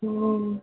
ह्म्म